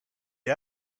est